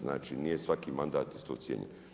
Znači nije svaki mandat isto cijenjen.